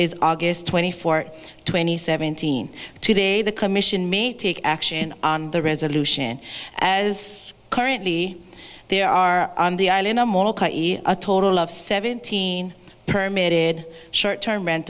is august twenty four twenty seventeen today the commission may take action on the resolution as currently there are on the island a total of seventeen permeated short term rent